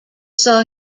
saw